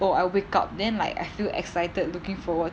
oh I wake up then like I feel excited looking forward